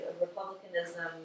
republicanism